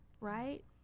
right